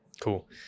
cool